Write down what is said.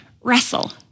wrestle